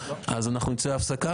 אז נצא להפסקה.